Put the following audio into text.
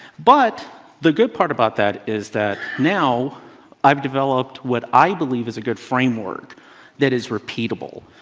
but the good part about that is that now i've developed what i believe is a good framework that is repeatable.